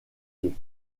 pieds